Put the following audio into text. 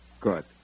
Good